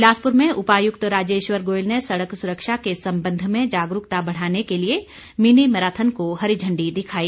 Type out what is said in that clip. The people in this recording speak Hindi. बिलासपुर में उपायुक्त राजेश्वर गोयल ने सड़क सुरक्षा के संबंध में जागरूकता बढ़ाने के लिए मिनी मैराथन को हरी झण्डी दिखाई